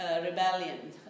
rebellion